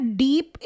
deep